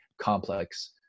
complex